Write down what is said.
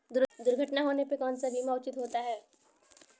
दुर्घटना होने पर कौन सा बीमा उचित होता है?